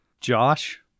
josh